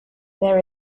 there